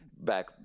back